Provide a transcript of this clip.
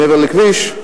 מעבר לכביש,